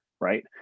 right